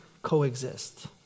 Coexist